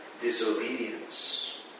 disobedience